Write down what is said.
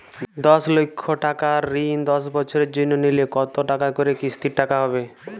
দশ লক্ষ টাকার ঋণ দশ বছরের জন্য নিলে কতো টাকা করে কিস্তির টাকা হবে?